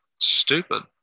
stupid